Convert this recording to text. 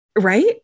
right